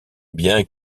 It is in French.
bien